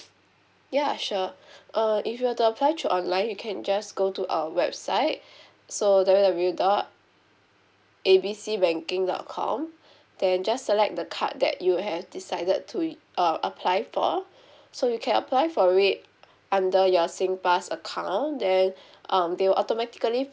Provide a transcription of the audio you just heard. ya sure uh if you were to apply through online you can just go to our website so that W W W dot A B C banking dot com then just select the card that you have decided to you uh apply for so you can apply for it under your singpass account then um they will automatically